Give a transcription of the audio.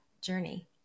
journey